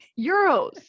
euros